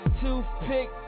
toothpick